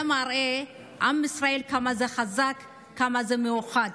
מראה כמה עם ישראל חזק וכמה הוא מאוחד.